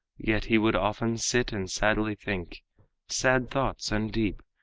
yet he would often sit and sadly think sad thoughts and deep,